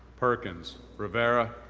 perkins, rivera,